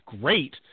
great